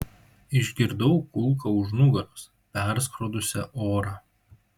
išgirdau kulką už nugaros perskrodusią orą